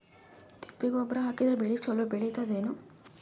ತಿಪ್ಪಿ ಗೊಬ್ಬರ ಹಾಕಿದರ ಬೆಳ ಚಲೋ ಬೆಳಿತದೇನು?